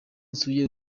nsuye